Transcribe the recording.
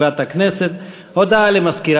תודה.